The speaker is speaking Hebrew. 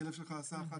הכלב שלך עשה 1,